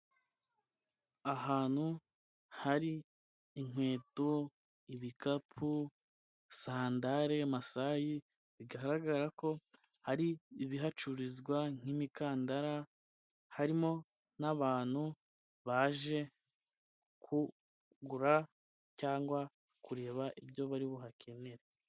Ahantu hari inkweto, ibikapu, sandare, masayi, bigaragara ko hari ibihacururizwa nk'imikandara, harimo n'abantu baje kugura cyangwa kureba ibyo bari buhakenere.